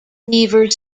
beaver